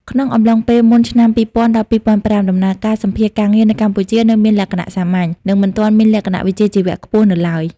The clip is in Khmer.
ក្នុងអំឡុងពេលមុនឆ្នាំ ២០០០ ដល់ ២០០៥ ដំណើរការសម្ភាសន៍ការងារនៅកម្ពុជានៅមានលក្ខណៈសាមញ្ញ និងមិនទាន់មានលក្ខណៈវិជ្ជាជីវៈខ្ពស់នៅឡើយ។